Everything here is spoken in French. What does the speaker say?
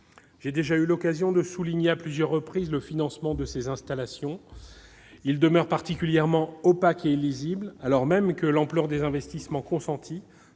J'ai déjà eu l'occasion de le souligner à plusieurs reprises, le financement de ces installations demeure particulièrement opaque et illisible, alors même que l'ampleur des investissements consentis,